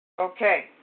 Okay